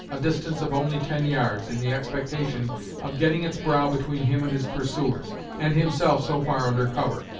a distance of only ten yards, in the expectation of getting its brow between him and his pursuers, and himself so far under cover.